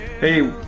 Hey